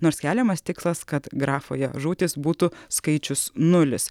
nors keliamas tikslas kad grafoje žūtys būtų skaičius nulis